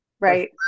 Right